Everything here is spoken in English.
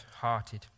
hearted